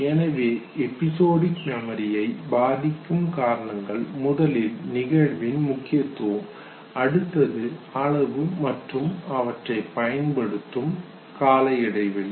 எனவே எபிசோடிக் மெமரியை பாதிக்கும் காரணங்கள் முதலில் நிகழ்வின் முக்கியத்துவம் அடுத்தது அளவு மற்றும் அவற்றை பயன்படுத்தும் இடைவெளி